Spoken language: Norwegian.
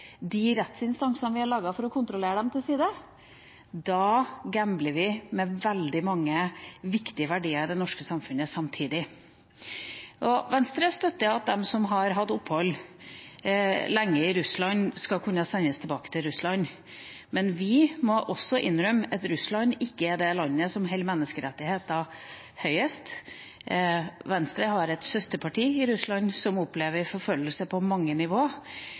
de rettsinstansene vi har laget for å kontrollere dem, til side, da gambler vi med veldig mange viktige verdier i det norske samfunnet samtidig. Venstre støtter at de som har hatt opphold lenge i Russland, skal kunne sendes tilbake til Russland, men vi må også innrømme at Russland ikke er det landet som holder menneskerettigheter høyest. Venstre har et søsterparti i Russland, som opplever forfølgelse på mange nivå.